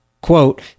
Quote